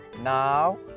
now